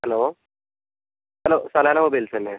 hello hello Salalah mobiles അല്ലേ